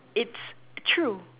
it's true